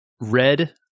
red